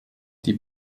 die